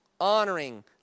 honoring